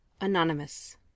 anonymous